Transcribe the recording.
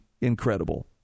incredible